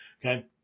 Okay